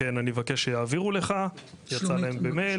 כן אני אבקש שיעבירו לך, ההוראה יצאה להם במייל.